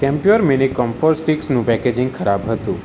Campure mini camphor સ્ટીક્સનું packaging ખરાબ હતું